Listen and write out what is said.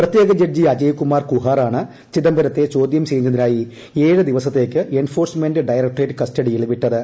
പ്രത്യേക ജഡ്ജി അജയ്കുമാർ കുഹാറാണ് ചിദംബരത്തെ ചോദ്യം ചെയ്യുന്നതിനായി ദിവസത്തേയ്ക്ക് എൻഫോഴ്സ്മെൻറ് ഡയറക്ടറേറ്റ് കസ്റ്റഡിയിൽ വിട്ടത്